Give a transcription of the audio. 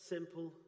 Simple